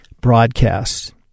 broadcast